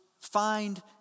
find